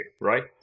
right